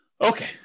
Okay